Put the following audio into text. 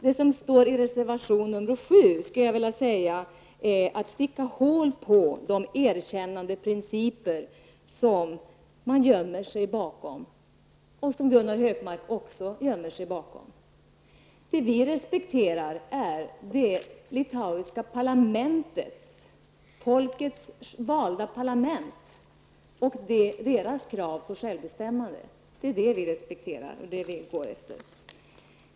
Det som står i reservation nr 7 innebär att miljöpartiet sticker hål på de erkännandeprinciper som regeringen gömmer sig bakom och som också Gunnar Hökmark gömmer sig bakom. Det vi respekterar är det litauiska parlamentets, folkets valda parlament, krav på självbestämmande. Det är detta som vi respekterar och går efter.